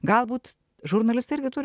galbūt žurnalistai irgi turi